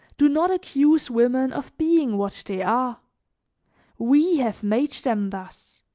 do not accuse women of being what they are we have made them thus,